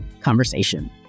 conversation